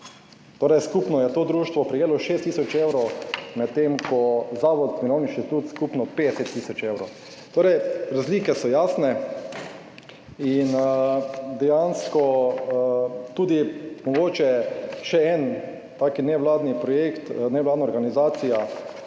evrov. Tkupno je to društvo prejelo 6 tisoč evrov, med tem ko zavod Mirovni inštitut skupno 50 tisoč evrov. Torej razlike so jasne in dejansko tudi mogoče še en tak nevladni projekt, nevladna organizacija